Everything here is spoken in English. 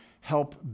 help